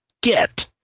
get